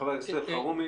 חבר הכנסת אלחרומי.